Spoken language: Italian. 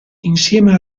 insieme